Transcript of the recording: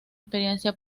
experiencia